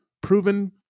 proven